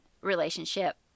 relationship